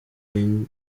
binyuze